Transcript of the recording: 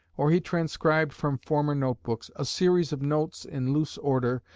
or he transcribed from former note-books, a series of notes in loose order,